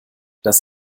das